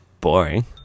boring